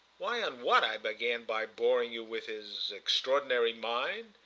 why on what i began by boring you with his extraordinary mind.